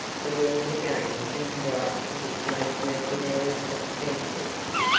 the world again seemed bright to this most mercenary of spendthrifts.